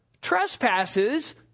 trespasses